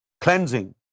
cleansing